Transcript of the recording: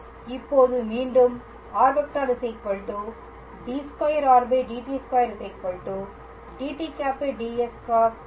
இப்போது மீண்டும் r d2r dt2 dt̂ ds ×| s | 2 ts